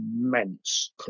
immense